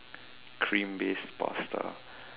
cream based pasta